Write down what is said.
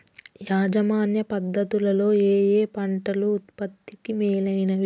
యాజమాన్య పద్ధతు లలో ఏయే పంటలు ఉత్పత్తికి మేలైనవి?